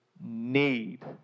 need